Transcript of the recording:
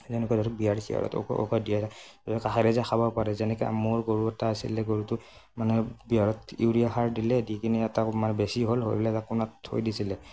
তেনেকৈ ধৰক বিয়াৰ চিয়াৰ ঔষধ দিয়ে ধৰক কাষেৰে যাই খাব পাৰে যেনেকে মোৰ গৰু এটা আছিলে গৰুটো মানে বিয়াৰত ইউৰিয়া সাৰ দিলে দি কিনে এটা মানে বেছি হ'ল হৈ পেলাই তো কোণাত থৈ দিছিলে